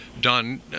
done